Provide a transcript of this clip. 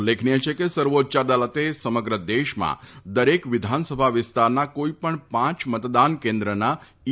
ઉલ્લેખનીય છે કે સર્વોચ્ચ અદાલતે સમગ્ર દેશમાં દરેક વિધાનસભા વિસ્તારના કોઇપણ પાંચ મતદાન કેન્દ્રના ઇ